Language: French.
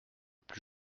plus